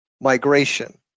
migration